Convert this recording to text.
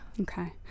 Okay